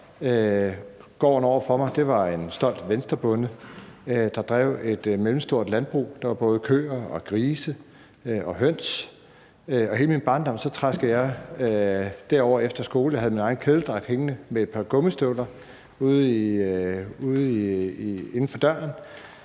gården over for mig var en stolt Venstrebonde, der drev et mellemstort landbrug. Der var både køer, grise og høns, og hele min barndom traskede jeg derover efter skole. Jeg havde min egen kedeldragt hængende med et par gummistøvler inden for døren.